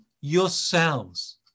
yourselves